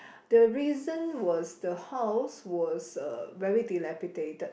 the reason was the house was uh very dilapidated